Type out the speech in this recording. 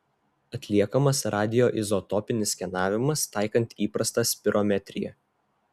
atliekamas radioizotopinis skenavimas taikant įprastą spirometriją